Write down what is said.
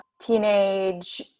teenage